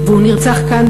והוא נרצח כאן,